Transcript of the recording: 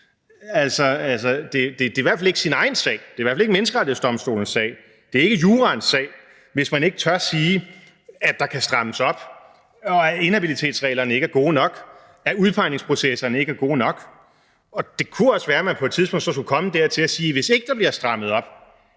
Det er i hvert fald ikke sin egen sag, det er i hvert fald ikke Menneskerettighedsdomstolens sag, det er ikke juraens sag, hvis man ikke tør sige, at der kan strammes op, og at inhabilitetsreglerne ikke er gode nok, at udpegningsprocesserne ikke er gode nok. Det kunne også være, man på et tidspunkt så kunne komme dertil at sige, at hvis ikke der bliver strammet op,